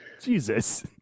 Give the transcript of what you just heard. Jesus